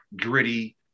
gritty